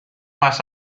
más